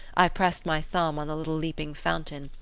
i pressed my thumb on the little leaping fountain,